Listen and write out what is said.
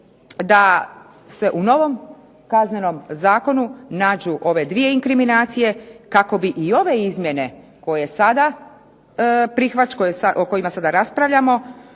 da se u novom Kaznenom zakonu nađu ove dvije inkriminacije kako bi i ove izmjene koje sada, o kojima sada raspravljamo,